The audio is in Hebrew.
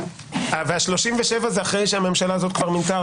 37 זה אחרי שהממשלה הזאת כבר מינתה,